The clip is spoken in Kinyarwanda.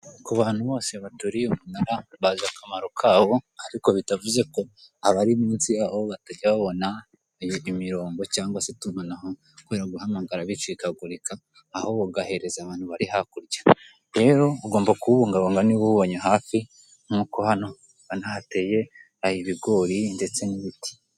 Ku bantu bose baturiye umunara bazi akamaro kawo, ariko bitavuzeko abari munsi yawo batajya babona imirongo cyangwa itumanaho kubera guhamagara bicikagurika, ahubwo ugahereza abantu bo hakurya. Rero ugomba kuwubungabunga niba uwubonye hafi nkuko hano ubona hateye ibigori ndetse n'ibiti.